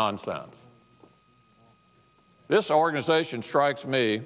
nonsense this organization strikes me